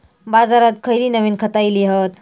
बाजारात खयली नवीन खता इली हत?